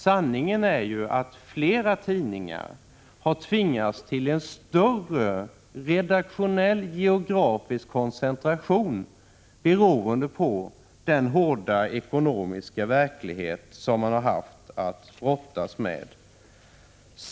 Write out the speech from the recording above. Sanningen är att flera tidningar har tvingats till en större redaktionell geografisk koncentration beroende på den hårda ekonomiska verklighet som man har haft att brottas med.